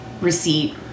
receipt